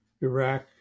Iraq